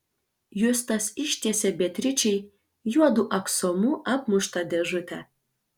justas ištiesė beatričei juodu aksomu apmuštą dėžutę